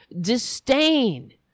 disdain